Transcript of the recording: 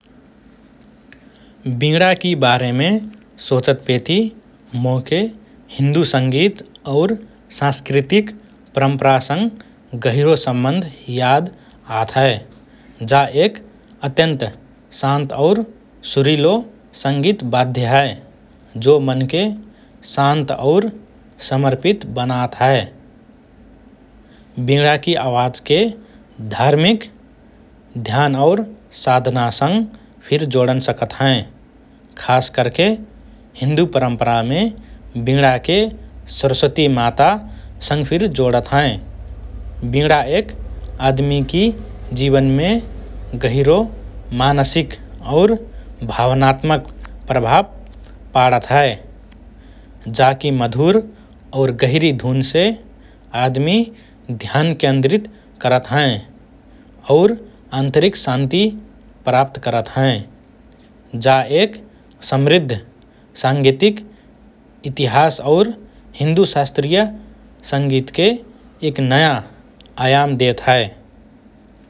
वीणाकि बारेमे सोचतपेति मोके हिन्दु संगीत और सांस्कृतिक परम्परासँग गहिरो सम्बन्ध याद आत हए । जा एक अत्यन्त शान्त और सुरीलो संगीत बाद्य हए, जो मनके शान्त और समर्पित बनात हए । वीणाकि आवाजके धार्मिक, ध्यान और साधनासँग फिर जोडन सकत हएँ । खास करके हिन्दु परम्परामे वीणाके सरस्वती माता सँग फिर जोडत हएँ । वीणा एक आदमिकि जीवनमे गहिरो मानसिक और भावनात्मक प्रभाव पाडत हए । जाकि मधुर और गहिरी धूनसे आदमि ध्यान केन्द्रित करत हएँ और आन्तरिक शान्ति प्राप्त करत हएँ । जा एक समृद्ध सांगीतिक इतिहास और हिन्दु शास्त्रीय संगीतके एक नया आयाम देत हए ।